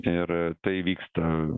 ir tai vyksta